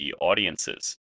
audiences